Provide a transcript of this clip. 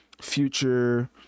Future